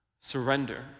Surrender